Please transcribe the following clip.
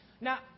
Now